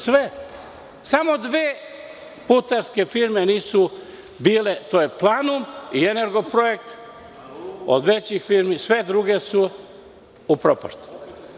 Samo dve putarske firme nisu, to su „Planum“ i „Energoprojekt“ od većih firmi, sve druge su upropaštene.